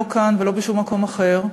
לא כאן ולא בשום מקום אחר,